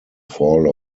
fall